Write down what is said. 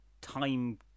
time